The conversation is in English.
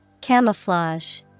Camouflage